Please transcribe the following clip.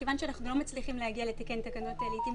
-- כיון שאנחנו לא מצליחים לתקן תקנות לעתים קרובות,